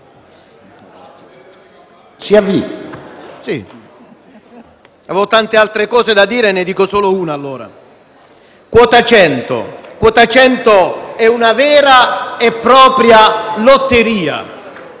Quota 100 è una vera e propria lotteria,